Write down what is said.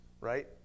right